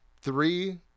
three